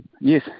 Yes